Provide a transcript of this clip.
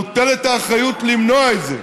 מוטלת האחריות למנוע את זה,